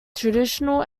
traditional